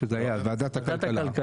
בוועדת הכלכלה.